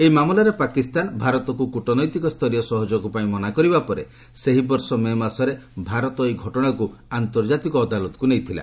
ଏହି ମାମଲାରେ ପାକିସ୍ତାନ ଭାରତକୁ କୂଟନୈତିକ ସ୍ତରୀୟ ସହଯୋଗ ପାଇଁ ମନା କରିବା ପରେ ସେହିବର୍ଷ ମେ ମାସରେ ଭାରତ ଏହି ଘଟଣାକୁ ଆନ୍ତର୍ଜାତିକ ଅଦାଲତକୁ ନେଇଥିଲା